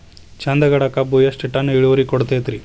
ಚಂದಗಡ ಕಬ್ಬು ಎಷ್ಟ ಟನ್ ಇಳುವರಿ ಕೊಡತೇತ್ರಿ?